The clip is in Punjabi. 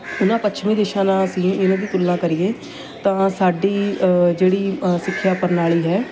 ਉਹਨਾਂ ਪੱਛਮੀ ਦੇਸ਼ਾਂ ਨਾਲ ਅਸੀਂ ਇਹਨਾਂ ਦੀ ਤੁਲਨਾ ਕਰੀਏ ਤਾਂ ਸਾਡੀ ਜਿਹੜੀ ਸਿੱਖਿਆ ਪ੍ਰਣਾਲੀ ਹੈ